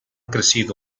crecido